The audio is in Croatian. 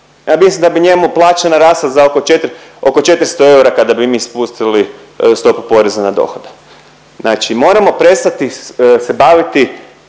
ja mislim da bi njemu plaća narasla za oko 400 eura kada bi mi spustili stopu poreza na dohodak. Znači moramo prestati se baviti